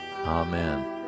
Amen